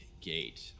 gate